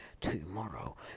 tomorrow